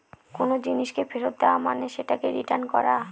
কোনো জিনিসকে ফেরত দেওয়া মানে সেটাকে রিটার্ন করা